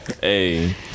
Hey